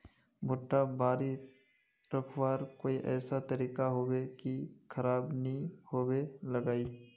भुट्टा बारित रखवार कोई ऐसा तरीका होबे की खराब नि होबे लगाई?